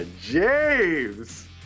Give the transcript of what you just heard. James